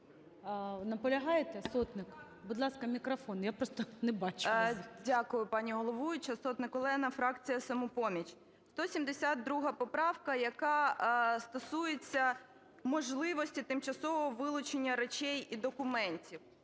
Наполягаєте, Сотник? Будь ласка, мікрофон. Я просто не бачу вас звідси. 13:53:26 СОТНИК О.С. Дякую, пані головуюча. Сотник Олена, фракція "Самопоміч". 172 поправка, яка стосується можливості тимчасового вилучення речей і документів.